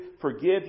forgive